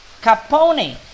Capone